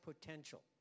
potential